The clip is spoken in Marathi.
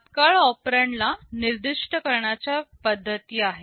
तत्काल ऑपरेंड ला निर्दिष्ट करण्याच्या पद्धती आहेत